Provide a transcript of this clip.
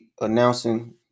announcing